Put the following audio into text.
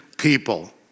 people